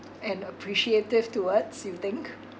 and appreciative towards you think